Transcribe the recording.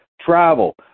travel